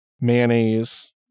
mayonnaise